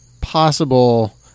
possible